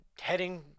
heading